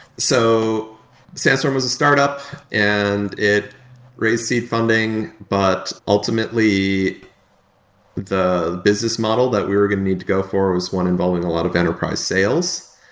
so sandstorm was a startup and it received funding, but ultimately the business model that we really need to go for was one involving a lot of enterprise sales,